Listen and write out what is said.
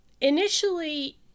initially